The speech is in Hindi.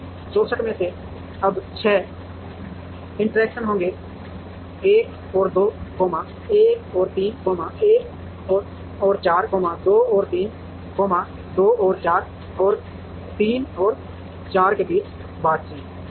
इस 64 में से अब 6 इंटरैक्शन होंगे 1 और 2 1 और 3 1 और 4 2 और 3 2 और 4 और 3 और 4 के बीच बातचीत